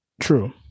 true